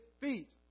feet